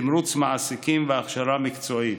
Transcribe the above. תמרוץ מעסיקים והכשרה מקצועית,